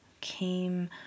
came